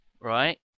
right